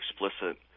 explicit